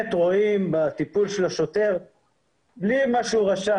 חוץ ממה שהשוטר רשם,